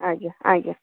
ଆଜ୍ଞା ଆଜ୍ଞା